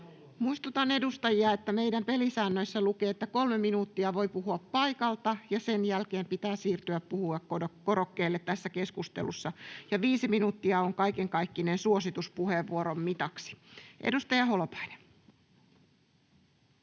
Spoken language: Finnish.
Muistutan edustajia, että meidän pelisäännöissä lukee, että 3 minuuttia voi puhua paikalta ja sen jälkeen pitää siirtyä puhujakorokkeelle tässä keskustelussa, ja 5 minuuttia on kaiken kaikkineen suositus puheenvuoron mitaksi. — Edustaja Holopainen.